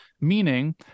meaning